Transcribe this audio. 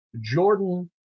Jordan